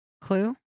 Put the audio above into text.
clue